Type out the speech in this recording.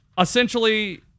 essentially